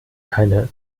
keine